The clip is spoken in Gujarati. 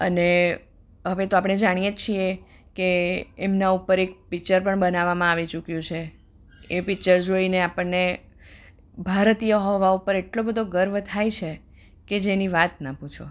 અને હવે તો આપણે જાણીએ જ છીએ કે એમના ઉપર એક પિકચર પણ બનાવવામાં આવી ચૂક્યું છે એ પિકચર જોઈને આપણને ભારતીય હોવા ઉપર એટલો બધો ગર્વ થાય છે કે જેની વાત ન પૂછો